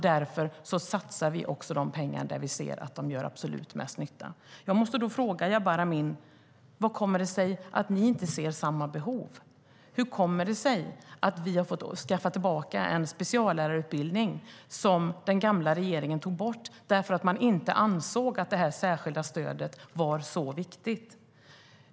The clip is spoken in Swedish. Därför satsar vi pengar där vi ser att de gör absolut mest nytta. Jag måste fråga Jabar Amin: Hur kommer det sig att ni inte ser samma behov? Hur kommer det sig att vi har fått återinföra en speciallärarutbildning som den gamla regeringen tog bort därför att man inte ansåg att det särskilda stödet var så viktigt?